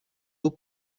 dur